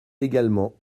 également